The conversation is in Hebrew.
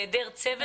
בהיעדר צוות.